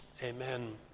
Amen